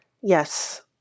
yes